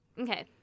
Okay